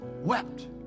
wept